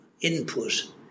input